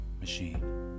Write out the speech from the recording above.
machine